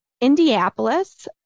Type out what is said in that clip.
Indianapolis